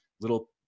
little